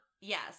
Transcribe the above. Yes